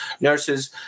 nurses